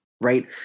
right